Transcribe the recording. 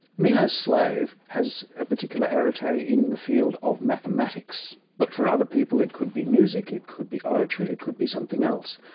meno's slave has a particular arete ah in the field of mathematics, but for other people it could be music, it could be oratory, it could be something else.